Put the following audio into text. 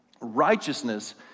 Righteousness